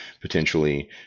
potentially